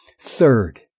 Third